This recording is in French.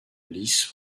lice